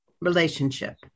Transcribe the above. relationship